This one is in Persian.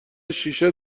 شیشه